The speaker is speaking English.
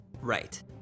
Right